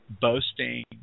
boasting